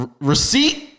Receipt